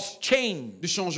change